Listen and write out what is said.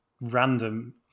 random